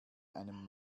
einem